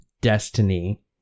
Destiny